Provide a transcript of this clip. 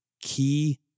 key